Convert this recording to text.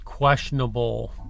questionable